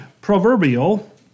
proverbial